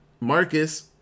Marcus